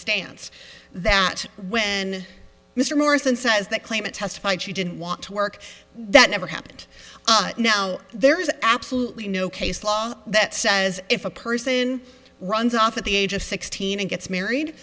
stance that when mr morrison says that claim a testified she didn't want to work that never happened now there is absolutely no case law that says if a person runs off at the age of sixteen and gets married